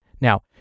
Now